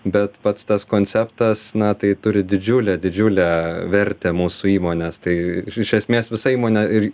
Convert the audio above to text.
bet pats tas konceptas na tai turi didžiulę didžiulę vertę mūsų įmonės tai iš esmės visa įmonė ir